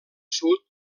sud